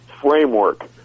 framework